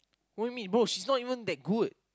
what do you know bro she's not even that good